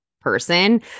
person